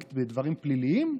בדברים פליליים?